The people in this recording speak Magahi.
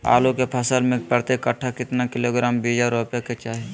आलू के फसल में प्रति कट्ठा कितना किलोग्राम बिया रोपे के चाहि?